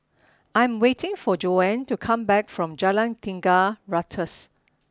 I am waiting for Joanne to come back from Jalan Tiga Ratus